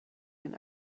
den